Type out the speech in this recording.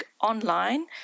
online